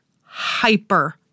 hyper